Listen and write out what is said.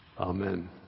Amen